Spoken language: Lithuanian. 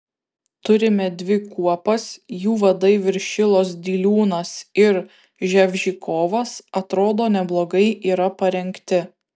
turime dvi kuopas jų vadai viršilos diliūnas ir ževžikovas atrodo neblogai yra parengti